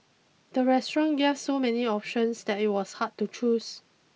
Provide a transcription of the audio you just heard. the restaurant gave so many options that it was hard to choose